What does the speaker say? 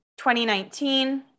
2019